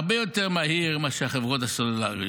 הרבה יותר מהיר מאשר בחברות הסלולריות.